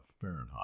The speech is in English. Fahrenheit